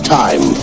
time